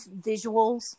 visuals